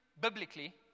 biblically